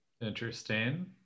Interesting